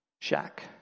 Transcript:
shack